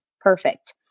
Perfect